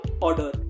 Order